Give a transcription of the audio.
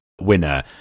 winner